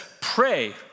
pray